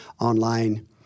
online